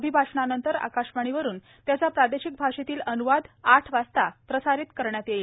अभिभाषणानंतर आकाशवाणीवरून त्याचा प्रादेशिक भाषेतील अन्वाद आठ वाजता प्रसारित करण्यात येईल